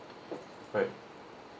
right